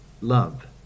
love